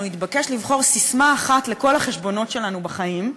יתבקש לבחור ססמה אחת לכל החשבונות שלנו בחיים,